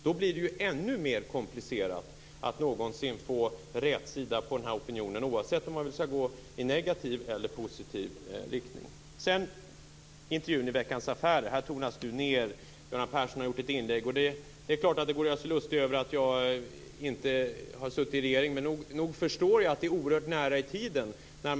Då blir det ännu mer komplicerat att någonsin få rätsida på opinionen oavsett om man vill att den skall gå i negativ eller positiv riktning. Intervjun i Veckans Affärer och Göran Perssons inlägg tonas ned. Det är klart att det går att göra sig lustig över att jag inte har suttit i någon regering. Men nog förstår jag att händelserna ligger oerhört nära varandra i tiden.